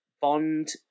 Bond